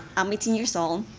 i'm eighteen years old,